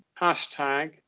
Hashtag